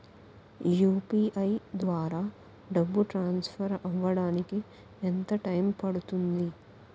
UPI ద్వారా డబ్బు transfer అవ్వడానికి ఎంత టైం పడుతుంది?